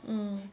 mm